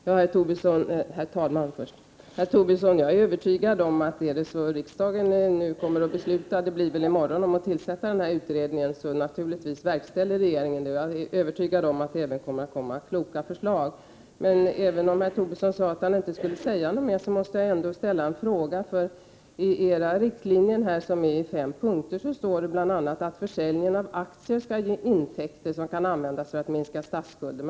Herr talman! Jag är övertygad om att om riksdagen beslutar — det blir väl i morgon — om att tillsätta den föreslagna utredningen så verkställer regeringen naturligtvis det beslutet. Jag är även övertygad om att det skall komma kloka förslag från den. Även om herr Tobisson sade att han inte skulle säga någonting mer måste jag ställa en fråga. I era riktlinjer i fem punkter heter det bl.a. att försäljningen av aktier skall ge intäkter som kan användas för att minska statsskulden.